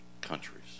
countries